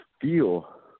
feel